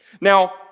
Now